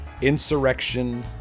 insurrection